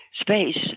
Space